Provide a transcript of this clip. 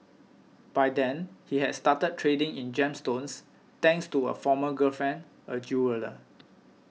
by then he had started trading in gemstones thanks to a former girlfriend a jeweller